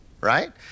right